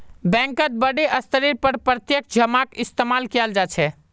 बैंकत बडे स्तरेर पर प्रत्यक्ष जमाक इस्तेमाल कियाल जा छे